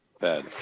bad